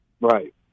Right